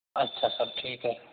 अच्छा सर ठीक है